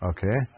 Okay